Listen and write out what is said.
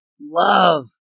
love